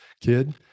Kid